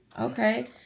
Okay